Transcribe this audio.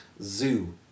zoo